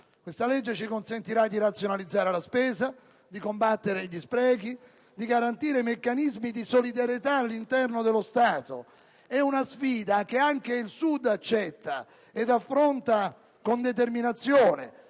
Questa legge ci consentirà di razionalizzare la spesa, di combattere gli sprechi, di garantire meccanismi di solidarietà all'interno dello Stato. È una sfida che anche il Sud accetta ed affronta con determinazione.